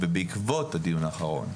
ובעקבות הדיון האחרון,